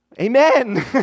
Amen